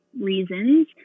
reasons